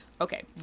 okay